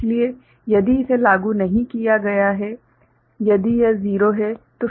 इसलिए यदि इसे लागू नहीं किया गया है यदि यह 0 है